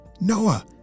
Noah